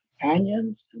companions